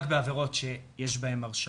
רק בעבירות שיש בהן הרשעות,